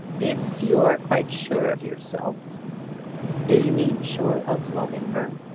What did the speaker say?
if you are quite sure of yourself do you mean sure of loving her?